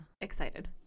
excited